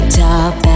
top